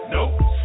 Nope